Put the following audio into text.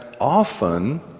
often